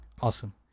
Awesome